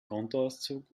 kontoauszug